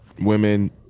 women